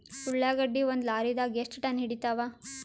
ಉಳ್ಳಾಗಡ್ಡಿ ಒಂದ ಲಾರಿದಾಗ ಎಷ್ಟ ಟನ್ ಹಿಡಿತ್ತಾವ?